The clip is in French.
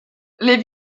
les